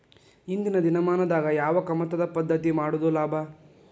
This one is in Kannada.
ಇಂದಿನ ದಿನಮಾನದಾಗ ಯಾವ ಕಮತದ ಪದ್ಧತಿ ಮಾಡುದ ಲಾಭ?